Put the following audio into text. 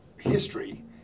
history